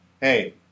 hey